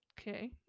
Okay